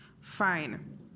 Fine